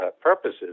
purposes